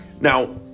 Now